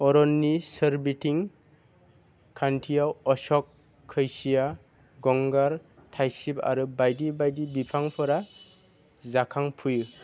अरननि सोरबिथिं खान्थियाव अशक कैसिया गंगार थाइसिब आरो बायदि बायदि बिफांफोरा जाखांफुयो